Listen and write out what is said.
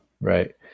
right